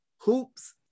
hoops